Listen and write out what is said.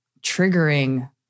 triggering